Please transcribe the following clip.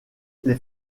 les